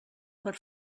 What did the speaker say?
per